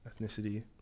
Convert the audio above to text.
ethnicity